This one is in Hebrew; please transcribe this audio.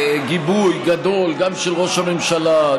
בגיבוי גדול גם של ראש הממשלה,